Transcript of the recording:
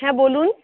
হ্যাঁ বলুন